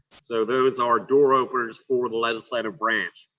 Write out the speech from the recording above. so, those are door openers for the legislative branch.